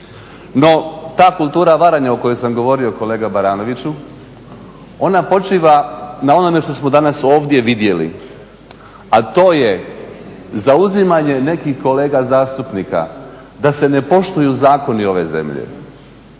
No ta kultura varanja o kojoj sam govorio kolega Baranoviću, ona počiva na onome što smo danas ovdje vidjeli, a to je zauzimanje nekih kolega zastupnika da se ne poštuju zakoni ove zemlje.